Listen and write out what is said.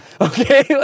Okay